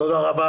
כרגע